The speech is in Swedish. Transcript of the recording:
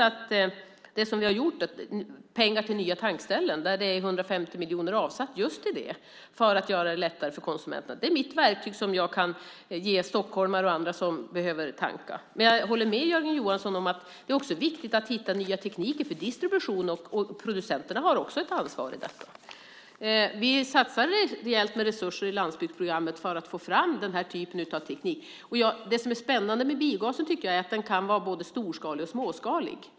Vi har avsatt 150 miljoner till nya tankställen för att göra det lättare för konsumenterna. Det är det verktyg som jag kan ge stockholmare och andra som behöver tanka. Men jag håller med Jörgen Johansson om att det även är viktigt att hitta nya tekniker för distribution, och producenterna har också ett ansvar för detta. Vi satsar rejält med resurser i landsbygdsprogrammet för att få fram den här typen av teknik. Det som är spännande med biogasen tycker jag är att den kan vara både storskalig och småskalig.